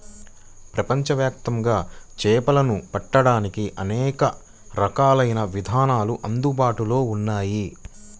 ప్రపంచవ్యాప్తంగా చేపలను పట్టడానికి అనేక రకాలైన విధానాలు అందుబాటులో ఉన్నాయి